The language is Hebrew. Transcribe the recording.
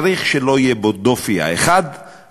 צריך שלא יהיה בו דופי, וב.